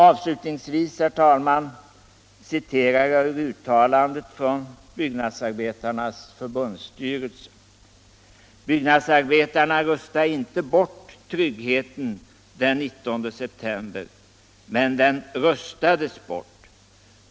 Avslutningsvis citerar jag ur uttalandet från byggnadsarbetarnas förbundsstyrelse: ”Byggnadsarbetarna röstade inte bort tryggheten den 19 september, men den röstades bort.